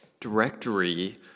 directory